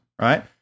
right